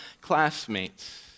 classmates